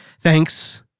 Thanks